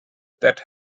that